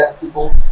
people